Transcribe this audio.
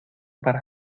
para